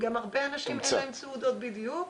בדיוק.